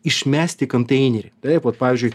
išmesti konteinerį taip vot pavyzdžiui